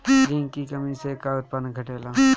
Zinc की कमी से का उत्पादन घटेला?